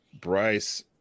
Bryce